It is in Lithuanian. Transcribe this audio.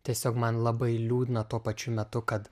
tiesiog man labai liūdna tuo pačiu metu kad